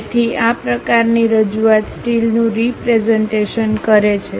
તેથી આ પ્રકારની રજૂઆત સ્ટીલનું રીપ્રેઝન્ટેશન કરે છે